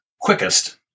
quickest